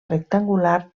rectangular